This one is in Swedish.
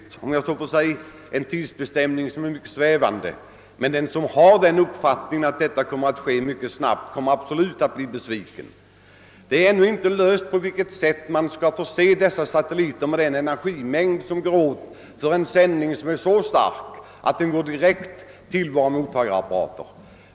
Tidsbestämningen är mycket svävande, men den som har uppfattningen att detta kommer att inträffa mycket snart kommer absolut att bli besviken. Man har ännu inte löst problemet om hur man skall förse dessa satelliter med den energimängd som går åt för en sändning, som är så stark att den går direkt till våra mottagarapparater.